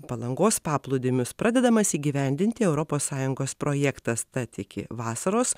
palangos paplūdimius pradedamas įgyvendinti europos sąjungos projektas tad iki vasaros